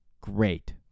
great